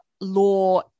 law